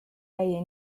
käia